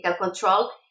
Control